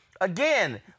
again